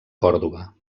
còrdova